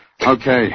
Okay